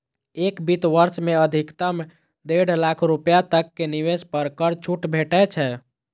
एक वित्त वर्ष मे अधिकतम डेढ़ लाख रुपैया तक के निवेश पर कर छूट भेटै छै